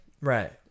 right